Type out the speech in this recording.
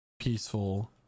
peaceful